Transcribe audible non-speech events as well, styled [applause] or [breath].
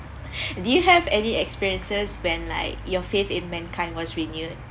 [breath] do you have any experiences when like your faith in mankind was renewed